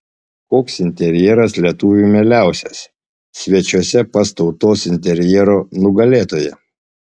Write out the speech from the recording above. koks interjeras lietuviui mieliausias svečiuose pas tautos interjero nugalėtoją